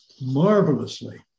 marvelously